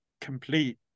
complete